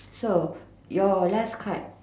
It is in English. so your last card